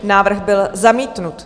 Návrh byl zamítnut.